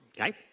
Okay